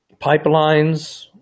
pipelines